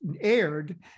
aired